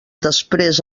després